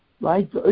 right